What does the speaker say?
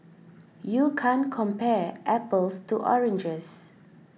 you can't compare apples to oranges